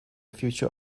future